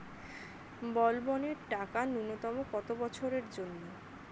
বলবনের টাকা ন্যূনতম কত বছরের জন্য?